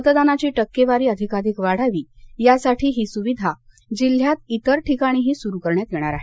मतदानाची टक्केवारी अधिकाधिक वाढावी यासाठी ही सुविधा जिल्ह्यात इतर ठिकाणी सुरू करण्यात येणार आहे